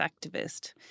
activist